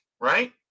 right